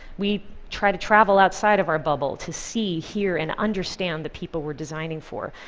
we try to travel outside of our bubble to see, hear and understand the people we're designing for.